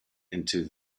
into